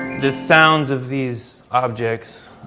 the sounds of these objects.